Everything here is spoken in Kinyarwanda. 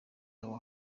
abo